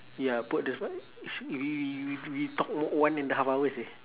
ya put the phone see we we we talk o~ one and a half hours leh